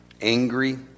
Angry